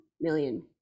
million